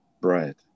bread